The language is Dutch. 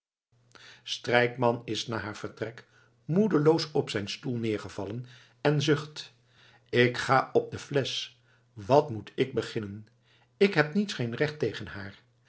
strijkman is na haar vertrek moedeloos op zijn stoel neergevallen en zucht k ga op de flesch wat moet ik beginnen k heb niets geen recht tegen haar